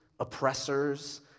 Oppressors